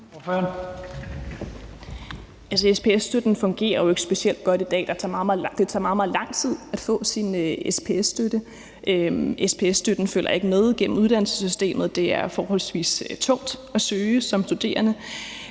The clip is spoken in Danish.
SPS-støtten fungerer jo ikke specielt godt i dag. Det tager meget, meget lang tid at få SPS-støtte. SPS-støtten følger ikke med gennem uddannelsessystemet. Det er forholdsvis tungt at søge som studerende.